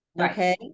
okay